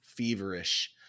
feverish